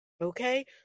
Okay